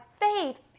faith